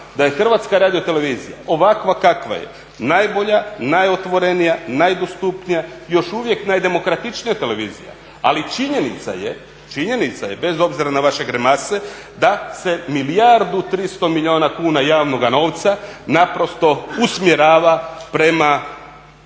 da je Hrvatska radiotelevizija ovakva kakva je – najbolja, najotvorenija, najdostupnija, još uvijek najdemokratičnija televizija. Ali činjenica je, činjenica je bez obzira na vaše grimase da se milijardu i 300 milijuna kuna javnoga novca naprosto usmjerava prema